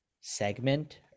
segment